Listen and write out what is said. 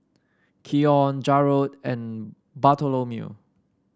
Keion Jarrod and Bartholomew